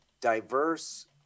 diverse